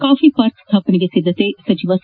coffee park ಸ್ಲಾಪನೆಗೆ ಸಿದ್ದತೆ ಸಚಿವ ಸಿ